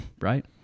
Right